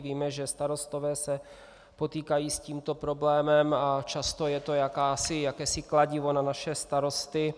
Víme, že starostové se potýkají s tímto problémem a často je to jakési kladivo na naše starosty.